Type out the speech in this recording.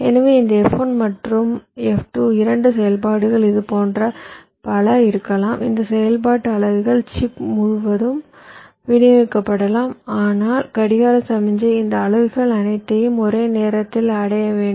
எனவே இந்த F1 மற்றும் F2 இரண்டு செயல்பாடுகள் இதுபோன்ற பல இருக்கலாம் இந்த செயல்பாட்டு அலகுகள் சிப் முழுவதும் விநியோகிக்கப்படலாம் ஆனால் கடிகார சமிக்ஞை இந்த அலகுகள் அனைத்தையும் ஒரே நேரத்தில் அடைய வேண்டும்